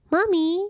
Mommy